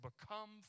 become